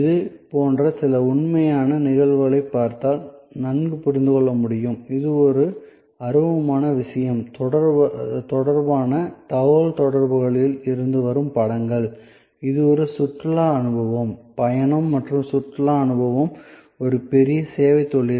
இது போன்ற சில உண்மையான நிகழ்வுகளைப் பார்த்தால் நன்கு புரிந்துகொள்ள முடியும் இது ஒரு அருவமான விஷயம் தொடர்பான தகவல்தொடர்புகளில் இருந்து வரும் படங்கள் இது ஒரு சுற்றுலா அனுபவம் பயணம் மற்றும் சுற்றுலா அனுபவம் ஒரு பெரிய சேவைத் தொழில்